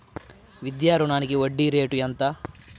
విద్యా రుణానికి వడ్డీ రేటు ఎంత?